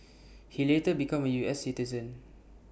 he later became A U S citizen